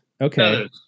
Okay